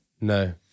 No